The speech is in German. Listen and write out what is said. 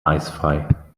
eisfrei